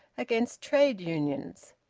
against trade unions.